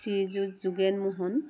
Srijut Jogen Mohan